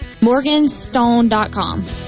Morganstone.com